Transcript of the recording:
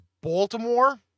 Baltimore